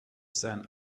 sun